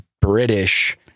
British